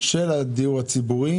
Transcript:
של הדיור הציבורי.